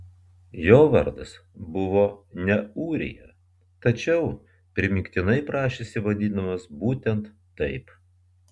jo vardas buvo ne ūrija tačiau primygtinai prašėsi vadinamas būtent taip